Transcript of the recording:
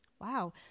Wow